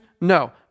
No